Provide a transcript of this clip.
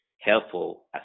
helpful